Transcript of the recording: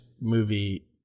movie